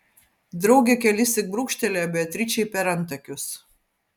draugė kelissyk brūkštelėjo beatričei per antakius